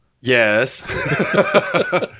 Yes